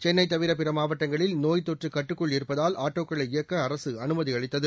சென்னை தவிர பிற மாவட்டங்களில் நோய்த்தொற்று கட்டுக்குள் இருப்பதால் ஆட்டோக்களை இயக்க அரசு அனுமதி அளித்தது